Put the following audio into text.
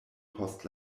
post